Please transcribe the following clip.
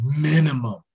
minimum